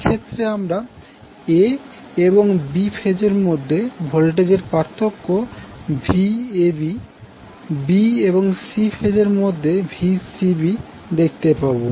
এক্ষেত্রে আমরা a এবং b ফেজের মধ্যে ভোল্টেজের পার্থক্য Vab b এবং c ফেজের মধ্যেVcbদেখতে পাবো